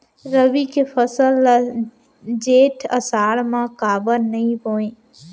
रबि के फसल ल जेठ आषाढ़ म काबर नही बोए?